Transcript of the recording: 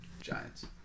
Giants